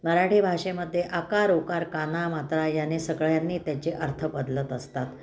मराठी भाषेमध्ये आकार उकार काना मात्रा याने सगळ्यांनी त्यांचे अर्थ बदलत असतात